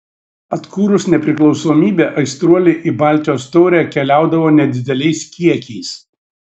atkūrus nepriklausomybę aistruoliai į baltijos taurę keliaudavo nedideliais kiekiais